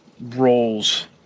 roles